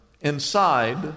inside